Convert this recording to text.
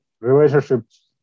Relationships